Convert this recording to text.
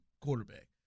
quarterback